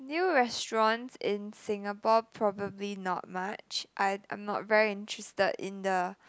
new restaurants in Singapore probably not much I I'm not very interested in the